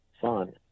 fun